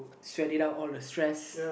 all the stress